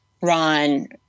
Ron